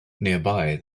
nearby